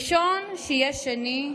/ ראשון שהיה שני.